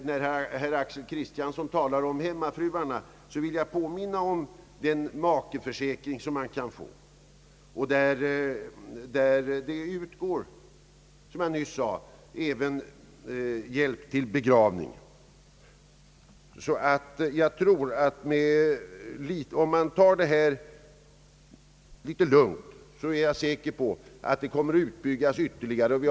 När herr Axel Kristiansson talar om hemmafruarna vill jag påminna om den makeförsäkring som man kan få och där det utges, som jag nyss sade, hjälp vid begravning. Om man tar det här litet lugnt är jag säker på att grupplivförsäkringen kommer att utbyggas ytterligare.